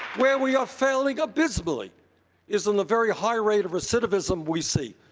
where we are failing abysmally is in the very high rate of recidivism we see.